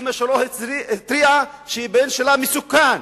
אמא שלו התריעה שהבן שלה מסוכן,